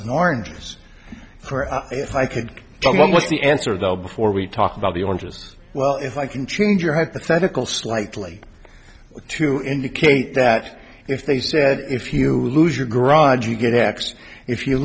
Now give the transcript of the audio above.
and oranges for if i could come up with the answer though before we talk about the oranges well if i can change your hypothetical slightly to indicate that if they said if you lose your garage you get x if you